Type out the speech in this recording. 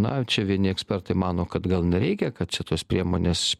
na čia vieni ekspertai mano kad gal nereikia kad čia tos priemonės